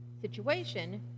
situation